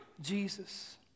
Jesus